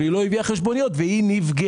כי היא לא הביאה חשבוניות והיא נפגעה.